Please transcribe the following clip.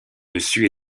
dessus